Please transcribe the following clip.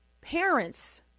parents